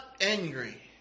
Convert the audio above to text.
angry